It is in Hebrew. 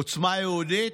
עוצמה יהודית?